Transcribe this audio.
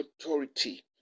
authority